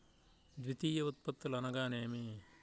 ద్వితీయ ఉత్పత్తులు అనగా నేమి?